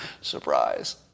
Surprise